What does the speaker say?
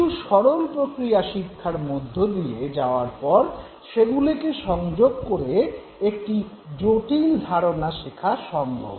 কিছু সরল প্রক্রিয়া শিক্ষার মধ্য দিয়ে যাওয়ার পর সেগুলিকে সংযুক্ত করে একটি জটিল ধারণা শেখা সম্ভব